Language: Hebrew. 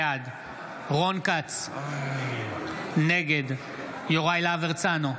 בעד רון כץ, נגד יוראי להב הרצנו,